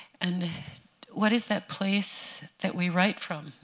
and what is that place that we write from,